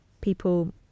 people